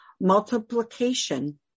multiplication